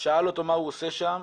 שאל אותו מה הוא עושה שם.